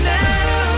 now